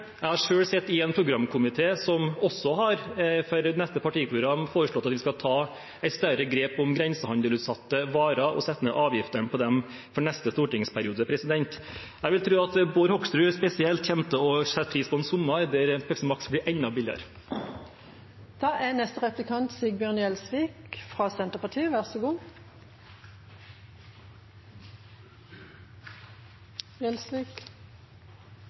Jeg har selv sittet i en programkomité som også for neste partiprogram har foreslått at vi skal ta et større grep om grensehandelsutsatte varer og sette ned avgiftene på dem, for neste stortingsperiode. Jeg vil tro at Bård Hoksrud spesielt kommer til å sette pris på en sommer der Pepsi Max blir enda billigere.